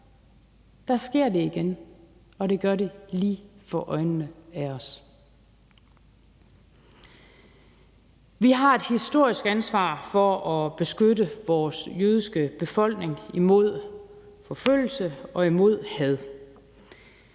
dag sker det igen, og det gør det lige for øjnene af os. Vi har et historisk ansvar for at beskytte vores jødiske befolkning imod forfølgelse og imod had.